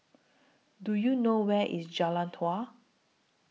Do YOU know Where IS Jalan Dua